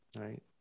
right